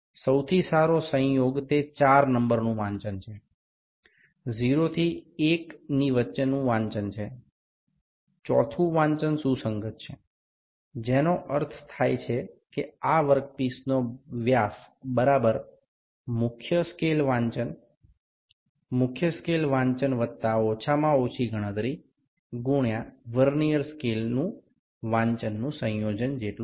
સૌથી સારો સંયોગ તે 4 નંબરનું વાંચન છે 0 થી 1 ની વચ્ચેનું વાંચન છે 4થુ વાંચન સુસંગત છે જેનો અર્થ થાય છે કે આ વર્કપીસનો વ્યાસ બરાબર મુખ્ય સ્કેલ વાંચન મુખ્ય સ્કેલ વાંચન વત્તા ઓછામાં ઓછી ગણતરી ગુણ્યા વર્નીઅર સ્કેલ વાંચનનું સંયોજન જેટલું છે